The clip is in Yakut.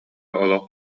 олох